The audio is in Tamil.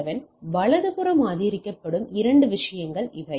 11 வலதுபுறம் ஆதரிக்கப்படும் இரண்டு விஷயங்கள் இவை